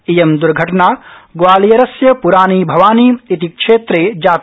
इयं दुर्घटना ग्वालियरस्य पुरानी भवानी इति क्षेत्रे जाता